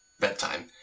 bedtime